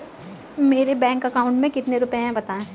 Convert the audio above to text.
मेरे bank account में कितने रुपए हैं बताएँ?